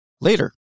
later